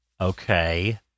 Okay